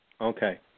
Okay